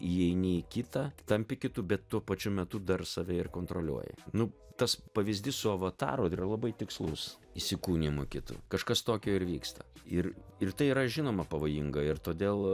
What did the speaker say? įeini į kitą tampi kitu bet tuo pačiu metu dar save ir kontroliuoji nu tas pavyzdys su avataru yra labai tikslus įsikūnijimu kitu kažkas tokio ir vyksta ir ir tai yra žinoma pavojinga ir todėl